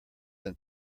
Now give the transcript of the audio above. than